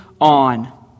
on